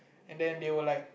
and then they were like